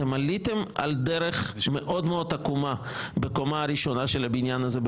אתם עליתם על דרך מאוד מאוד עקומה בקומה הראשונה של הבניין הזה,